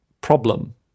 problem